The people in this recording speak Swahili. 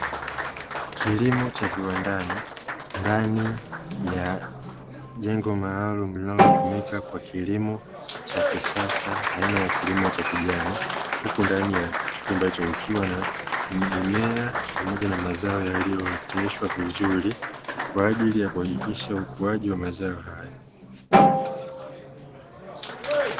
Kilimo cha viwandani, ndani ya jengo maalumu linalotumika kwa kilimo cha kisasa aina ya kilimo cha kijani, huku ndani ya chumba hicho kukiwa na mimea pamoja na mazao yaliyo oteshwa vizuri, kwaajili ya kuhakikisha ukuaji wa mazao hayo.